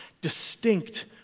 distinct